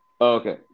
Okay